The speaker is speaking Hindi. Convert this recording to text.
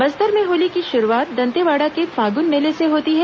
बस्तर में होली की शुरूआत दंतेवाड़ा के फागुन मेले से होती है